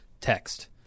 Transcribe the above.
text